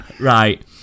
Right